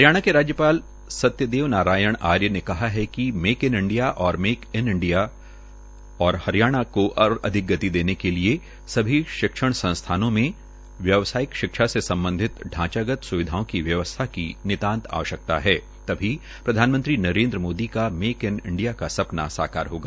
हरियाणा के राज्यपाल श्री सत्यदेव नारायण आर्य ने कहा कि मेक इन हरियाणा और मेक इन इंडिया को और अधिक गति देने के लिए सभी शिक्षण संस्थाओं में व्यवसायिक शिक्षा से सम्बन्धित ढांचागत स्विधाओं की व्यवस्था की नितांत आवश्यकता है तभी प्रधानमंत्री श्री नरेन्द्र मोदी का मेक इन इंडिया का सपना साकार होगा